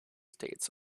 states